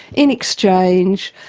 in exchange,